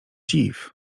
dziw